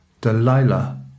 Delilah